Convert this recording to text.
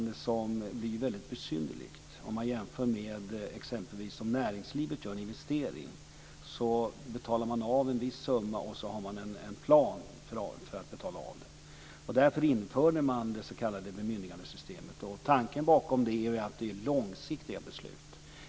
Det blir väldigt besynnerligt om man jämför med t.ex. en investering i näringslivet. Då betalar man av en viss summa enligt en plan. Därför införde man det s.k. bemyndigandesystemet. Tanken bakom bemyndigandesystemet är att det ska röra sig om långsiktiga beslut.